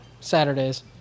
Saturdays